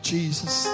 Jesus